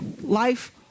Life